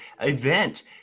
event